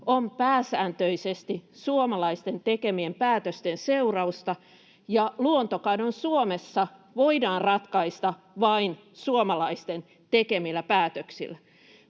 on pääsääntöisesti suomalaisten tekemien päätösten seurausta, ja luontokato Suomessa voidaan ratkaista vain suomalaisten tekemillä päätöksillä.